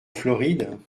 floride